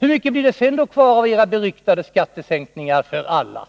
Hur mycket blir det sedan kvar av era beryktade skattesänkningar för alla?